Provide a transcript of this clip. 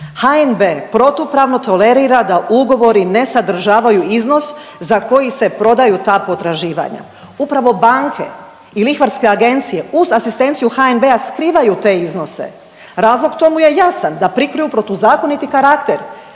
HNB protupravno tolerira da ugovori ne sadržavaju iznos za koji se prodaju ta potraživanja. Upravo banke i lihvarske agencije uz asistenciju HNB-a skrivaju te iznose. Razlog tomu je jasan, da prikriju protuzakoniti karakter